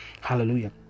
Hallelujah